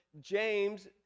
James